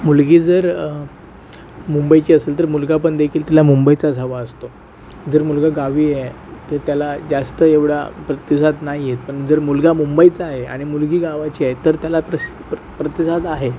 मुलगी जर मुंबईची असेल तर मुलगा पण देखील तिला मुंबईचाच हवा असतो जर मुलगा गावी आहे तर त्याला जास्त एवढा प्रतिसाद नाही आहे पण जर मुलगा मुंबईचा आहे आणि मुलगी गावाची आहे तर त्याला प्रस प्रति प्रतिसाद आहे